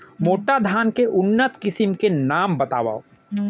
मोटा धान के उन्नत किसिम के नाम बतावव?